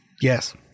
Yes